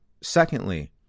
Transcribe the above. Secondly